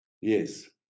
Yes